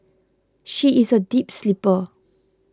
she is a deep sleeper